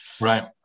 right